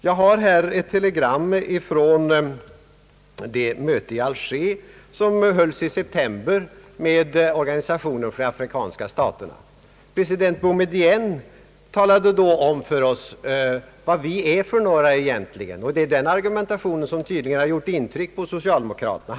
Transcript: Jag har här ett telegram i vilket berättas om det möte i Alger som hölls i september med organisationen för de afrikanska staterna. President Boumedienne talade då om för oss vad vi egentligen är för ena, och den argumentationen har tydligen gjort intryck på socialdemokraterna.